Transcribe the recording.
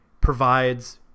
provides